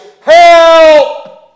help